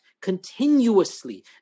continuously